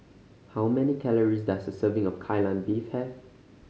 how many calories does a serving of Kai Lan Beef have